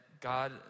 God